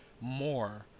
more